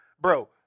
Bro